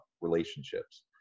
relationships